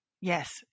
Yes